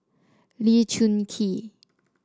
Lee Choon Kee